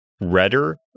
redder